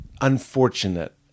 unfortunate